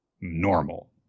normal